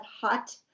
hot